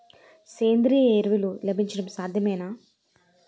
సేంద్రీయ ఎరువులు లభించడం సాధ్యమేనా?